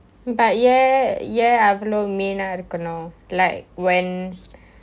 but ஏன் அவ்ளோ:yaen avlo main இருக்கணும்:irukkanum like when